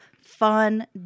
fun